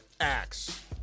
axe